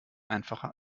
einfacher